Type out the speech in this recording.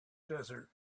desert